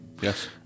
Yes